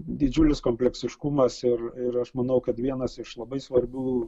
didžiulis kompleksiškumas ir ir aš manau kad vienas iš labai svarbių